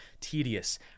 tedious